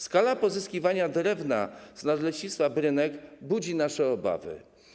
Skala pozyskiwania drewna z Nadleśnictwa Brynek budzi nasze obawy.